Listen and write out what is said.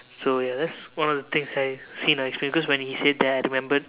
so yes one of the things that I seen or experienced cause when he said that I remembered